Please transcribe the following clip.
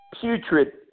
putrid